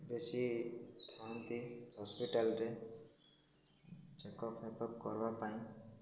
ବେଶୀ ଥାଆନ୍ତି ହସ୍ପିଟାଲରେ ଚେକ୍ ଅପ୍ ଫେପ ଅପ୍ କରିବା ପାଇଁ